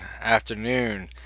afternoon